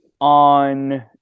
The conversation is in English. on